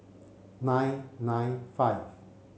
nine nine five